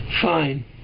Fine